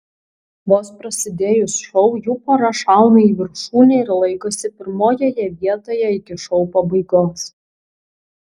vos prasidėjus šou jų pora šauna į viršūnę ir laikosi pirmojoje vietoje iki šou pabaigos